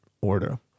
order